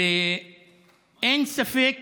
אין ספק